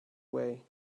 way